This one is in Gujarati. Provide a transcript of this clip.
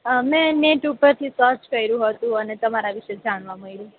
અમે નેટ ઉપરથી સર્ચ કર્યું હતું અને તમારા વિશે જાણવા મળ્યું